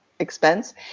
expense